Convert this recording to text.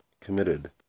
committed